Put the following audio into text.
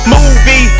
Movie